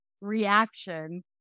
reaction